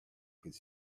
could